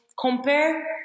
compare